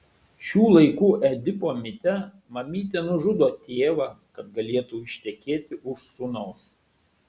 šių laikų edipo mite mamytė nužudo tėvą kad galėtų ištekėti už sūnaus